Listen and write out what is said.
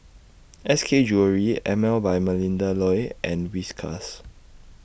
S K Jewellery Emel By Melinda Looi and Whiskas